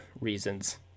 reasons